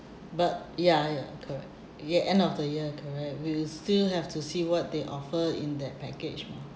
but ya ya correct ya end of the year correct we will still have to see what they offer in the package